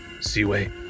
Seaway